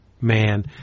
man